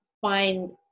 find